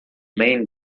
main